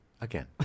again